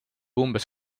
umbes